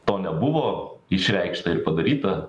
to nebuvo išreikšta ir padaryta